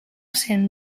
cent